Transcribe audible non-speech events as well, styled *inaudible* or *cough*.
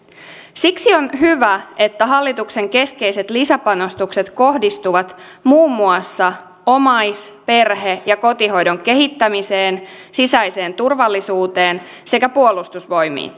siksi on hyvä että hallituksen keskeiset lisäpanostukset kohdistuvat muun muassa omais perhe ja kotihoidon kehittämiseen sisäiseen turvallisuuteen sekä puolustusvoimiin *unintelligible*